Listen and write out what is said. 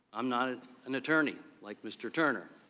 um not an an attorney like mr. turner.